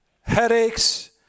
headaches